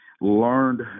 learned